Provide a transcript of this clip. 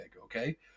okay